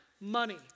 money